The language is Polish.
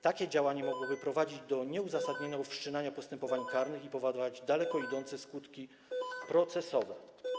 Takie działanie mogłoby prowadzić do nieuzasadnionego wszczynania postępowań karnych i powodować daleko idące skutki procesowe.